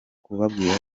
kubabwira